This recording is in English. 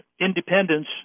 Independence